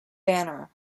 banner